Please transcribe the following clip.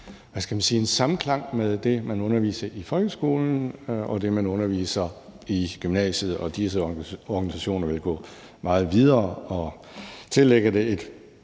Der skal helst være en samklang mellem det, man underviser i folkeskolen, og det, man underviser i gymnasiet, og disse organisationer vil gå meget videre og tillægge det et